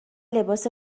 لباس